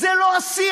זה לא השיח.